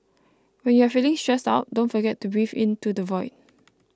when you are feeling stressed out don't forget to breathe into the void